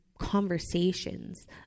conversations